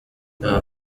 uyu